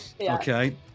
Okay